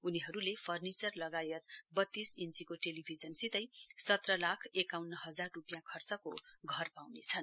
उनीहरूले फर्नीचर लगायत वत्तीस इञ्चीको टेलीभिजनसितै सत्र लाख एकातउन्न हजार रूपियाँ खर्चको घर पाउनेछन्